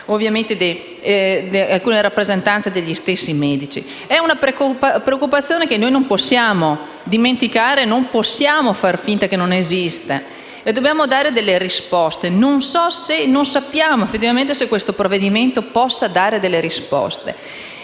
veemente da alcuni rappresentanti degli stessi medici. Si tratta di una preoccupazione che non possiamo dimenticare, non possiamo far finta che non esista e dobbiamo dare delle risposte. Non sappiamo se, effettivamente, il provvedimento in esame possa dare delle risposte.